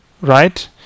right